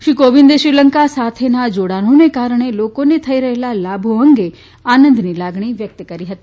શ્રી કોવિંદે શ્રીલંકા સાથેના જોડાણોને કારણે લોકોને થઇ રહેલા લાભો અંગે તેમણે ખુશીની લાગણી વ્યકત કરી હતી